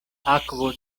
akvo